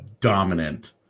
dominant